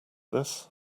this